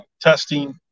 testing